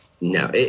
no